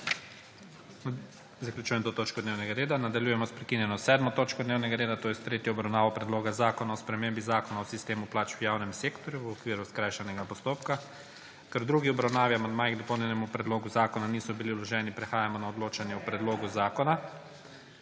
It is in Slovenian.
zaključujem to točko dnevnega reda. Nadaljujemo sprekinjeno 7. točko dnevnega reda, to je s tretjo obravnavo Predloga zakona o spremembi Zakona o sistemu plač v javnem sektorju v okviru skrajšanega postopka. Ker k drugi obravnavi amandmaji k dopolnjenemu predlogu zakona niso bili vloženi, prehajamo naodločanje o predlogu zakona.